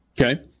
Okay